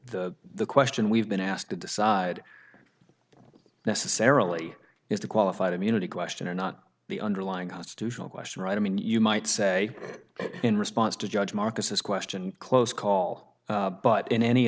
the question we've been asked to decide necessarily is the qualified immunity question or not the underlying constitutional question right i mean you might say in response to judge marcus this question close call but in any